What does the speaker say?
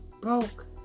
broke